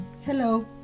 Hello